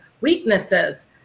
weaknesses